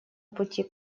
пути